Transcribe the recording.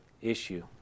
issue